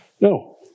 No